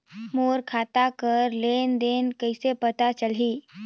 मोर खाता कर लेन देन कइसे पता चलही?